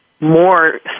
more